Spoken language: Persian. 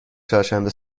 چهارشنبه